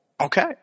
Okay